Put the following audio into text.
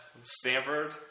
Stanford